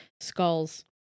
skulls